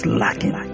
lacking